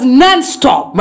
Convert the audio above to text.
non-stop